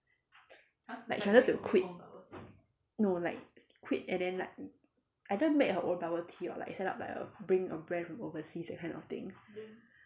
like she wanted to quit no like quit and then like either make her own bubble tea or like set up like a bring a brand from overseas that kind of thing